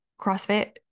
CrossFit